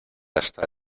hasta